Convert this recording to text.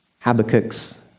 Habakkuk's